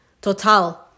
Total